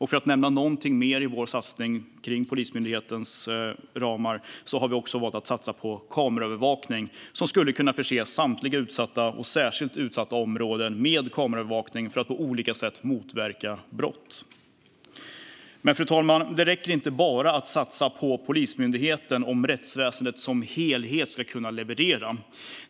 För att nämna någonting mer i vår satsning på Polismyndighetens ramar har vi också valt att satsa på kameraövervakning, så att samtliga utsatta och särskilt utsatta områden skulle kunna förses med kameraövervakning för att på olika sätt motverka brott. Fru talman! Det räcker inte att bara satsa på Polismyndigheten om rättsväsendet som helhet ska kunna leverera.